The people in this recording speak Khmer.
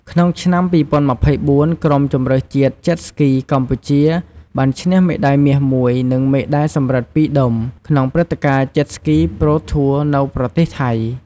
ក្នុងឆ្នាំ ២០២៤ ក្រុមជម្រើសជាតិ Jet Ski កម្ពុជា បានឈ្នះ មេដាយមាសមួយ និងមេដាយសំរិទ្ធពីរដុំ ក្នុងព្រឹត្តិការណ៍ Jet Ski Pro Tour នៅប្រទេសថៃ។